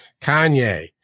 Kanye